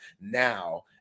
now